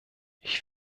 ich